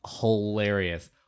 hilarious